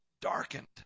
darkened